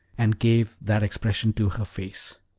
and gave that expression to her face.